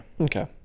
Okay